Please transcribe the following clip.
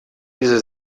diese